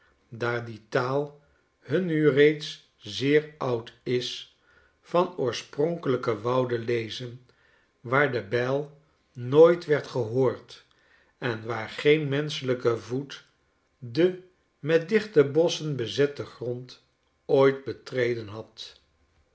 daar die taal hun nu reeds zeer oud is van oorspronkelijke wouden lezen waar de bijl nooit werd gehoord en waar geen menschelijke voet den met dichte bosschen bezetten grond ooit betreden had